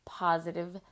positive